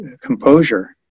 composure